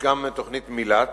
יש גם תוכנית מיל"ת,